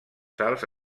sals